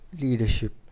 leadership